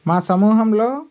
మా సమూహంలో